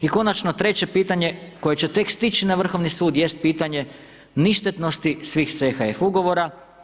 I konačno, treće pitanje koje će tek stići na Vrhovni sud jest pitanje ništetnosti svih CHF ugovora.